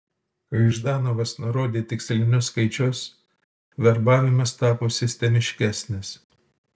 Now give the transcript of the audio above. kai ždanovas nurodė tikslinius skaičius verbavimas tapo sistemiškesnis